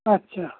আচ্ছা